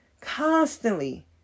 Constantly